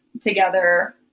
together